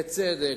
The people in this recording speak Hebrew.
בצדק,